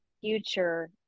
future